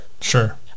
Sure